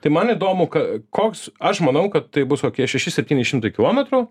tai man įdomu k koks aš manau kad tai bus kokie šeši septyni šimtai kilometrų